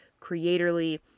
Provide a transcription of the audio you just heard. Creatorly